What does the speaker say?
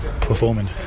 performing